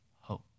hope